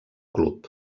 club